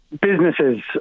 businesses